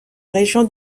région